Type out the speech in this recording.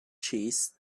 cheese